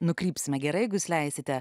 nukrypsime gerai jūs leisite